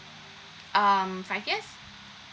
um I guess